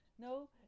No